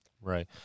Right